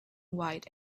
white